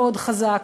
מאוד חזק